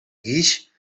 guix